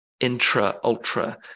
intra-ultra